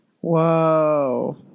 Whoa